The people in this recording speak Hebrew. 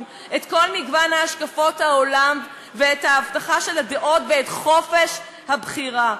את כל מגוון השקפות העולם ואת ההבטחה של הדעות ואת חופש הבחירה.